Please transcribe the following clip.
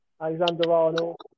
Alexander-Arnold